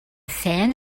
sand